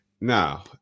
now